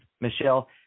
Michelle